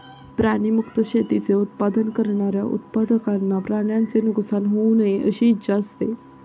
प्राणी मुक्त शेतीचे उत्पादन करणाऱ्या उत्पादकांना प्राण्यांचे नुकसान होऊ नये अशी इच्छा असते